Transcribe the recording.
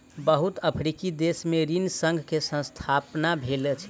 बहुत अफ्रीकी देश में ऋण संघ के स्थापना भेल अछि